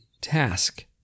task